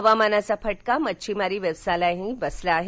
हवामानाचा फटका मध्छिमारी व्यवसायालाही बसला आहे